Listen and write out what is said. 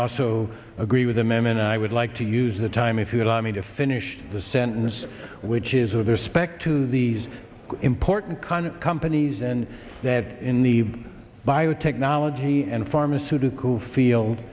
also agree with him and i would like to use the time if you will i mean to finish the sentence which is are there spec to these important kind of companies and that in the biotechnology and pharmaceutical field